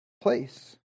place